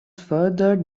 furthered